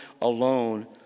alone